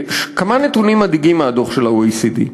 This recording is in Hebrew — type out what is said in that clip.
כמה נתונים מדאיגים מהדוח של ה-OECD.